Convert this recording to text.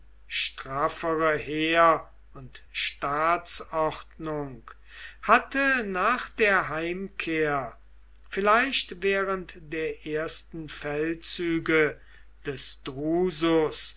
straffere heer und staatsordnung hatte nach der heimkehr vielleicht während der ersten feldzüge des drusus